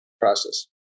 process